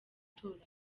baturanyi